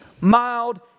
mild